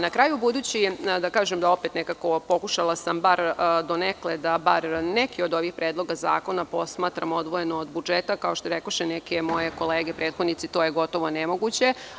Na kraju, da kažem opet nekako pokušala sam bar donekle da neki od ovih predloga zakon posmatramo odvojeno od budžeta, kao što rekoše neke moje kolege prethodnici, to je gotovo nemoguće.